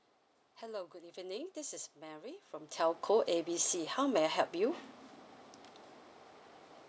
hello good evening this is Mary from telco A B C how may I help you